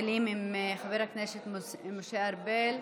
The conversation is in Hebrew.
של חברי הכנסת משה ארבל,